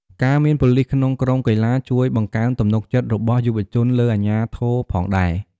ការមានប៉ូលីសក្នុងក្រុមកីឡា ជួយបង្កើនទំនុកចិត្តរបស់យុវជនលើអាជ្ញាធរផងដែរ។